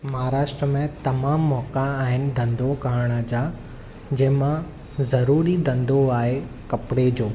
महाराष्ट्र में तमामु मौका आहिनि धंधो करण जा जंहिंमां ज़रूरी धंधो आहे कपिड़े जो